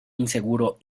inseguro